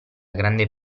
grande